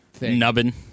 nubbin